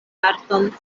arton